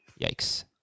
Yikes